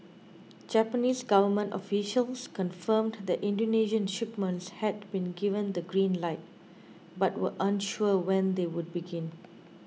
Japanese government officials confirmed that Indonesian shipments had been given the green light but were unsure when they would begin